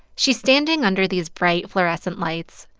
she's standing under these bright, fluorescent lights.